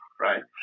Right